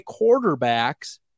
quarterbacks